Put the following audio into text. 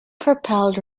propelled